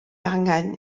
angen